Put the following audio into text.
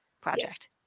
project